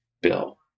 bill